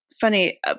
funny